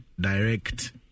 direct